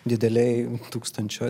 didelėj tūkstančio